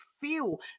feel